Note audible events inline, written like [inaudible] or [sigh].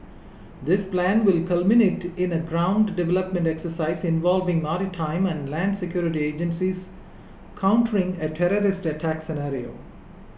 this plan will culminate in a ground deployment exercise involving maritime and land security agencies countering a terrorist attacks [unintelligible]